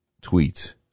tweet